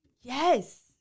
Yes